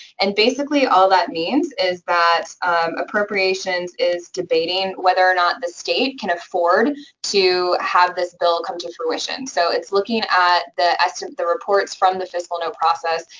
and basically, all that means is that appropriations is debating whether or not the state can afford to have this bill come to fruition. so it's looking at the so the reports from the fiscal note process,